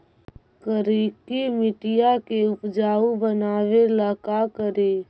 करिकी मिट्टियां के उपजाऊ बनावे ला का करी?